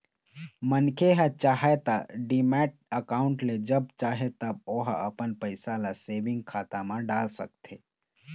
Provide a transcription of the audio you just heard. मनखे ह चाहय त डीमैट अकाउंड ले जब चाहे तब ओहा अपन पइसा ल सेंविग खाता म डाल सकथे